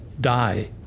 die